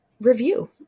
review